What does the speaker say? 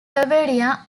bavaria